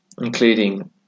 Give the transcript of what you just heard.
including